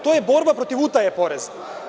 To je borba protiv utaje poreza.